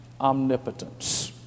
omnipotence